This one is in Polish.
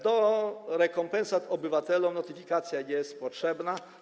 Do rekompensat obywatelom notyfikacja jest potrzebna.